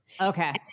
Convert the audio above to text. Okay